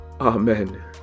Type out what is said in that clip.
Amen